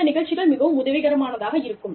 இந்த நிகழ்ச்சிகள் மிகவும் உதவிகரமானதாக இருக்கும்